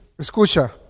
Escucha